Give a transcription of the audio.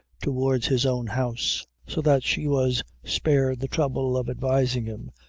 towards his own house so that she was spared the trouble of advising him,